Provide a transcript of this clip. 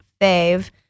fave